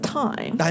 time